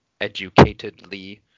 educatedly